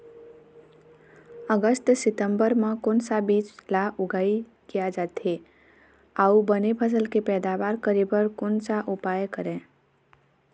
अगस्त सितंबर म कोन सा बीज ला उगाई किया जाथे, अऊ बने फसल के पैदावर करें बर कोन सा उपाय करें?